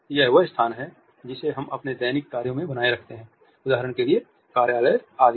यह वह स्थान है जिसे हम अपने दैनिक कार्यों में बनाए रखते हैं उदाहरण के लिए कार्यालयों आदि में